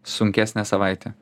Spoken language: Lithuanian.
sunkesnę savaitę